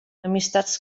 amistats